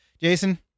Jason